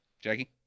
Jackie